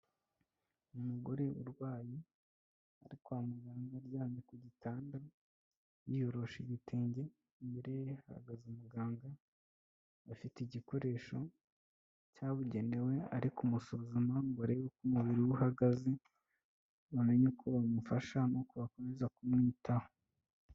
Umugore urwaye ari kwa muganga aryamye ku gitanda yiyorosha ibitenge, imbere ye hahagaze umuganga ufite igikoresho cyabugenewe ari kumusuzama ngo arebe uko umubiri we uhagaze bamenye uko bamufasha nuko bakomeza kumwitaho.